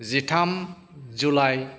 जिथाम जुलाइ